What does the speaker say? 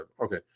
Okay